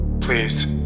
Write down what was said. Please